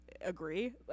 Agree